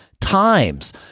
times